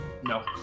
No